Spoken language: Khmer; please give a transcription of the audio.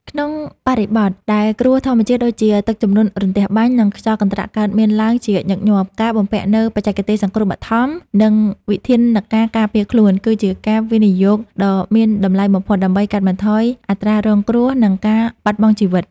ក្នុងបរិបទដែលគ្រោះធម្មជាតិដូចជា ទឹកជំនន់ រន្ទះបាញ់ និងខ្យល់កន្ត្រាក់កើតមានឡើងជាញឹកញាប់ ការបំពាក់នូវបច្ចេកទេសសង្គ្រោះបឋម និងវិធានការការពារខ្លួន គឺជាការវិនិយោគដ៏មានតម្លៃបំផុតដើម្បីកាត់បន្ថយអត្រារងគ្រោះ និងការបាត់បង់ជីវិត។